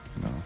No